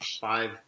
five